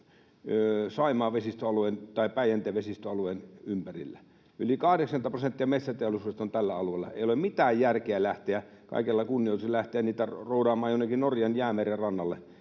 Päijänteen vesistöalueen ympärillä, yli 80 prosenttia metsäteollisuudesta on tällä alueella. Ei ole mitään järkeä — kaikella kunnioituksella — lähteä niitä roudaamaan jonnekin Norjan Jäämeren rannalle,